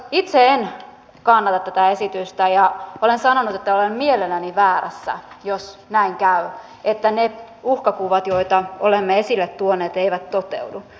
itse en kannata tätä esitystä ja olen sanonut että olen mielelläni väärässä jos näin käy että ne uhkakuvat joita olemme esille tuoneet eivät toteudu